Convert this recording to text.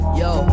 yo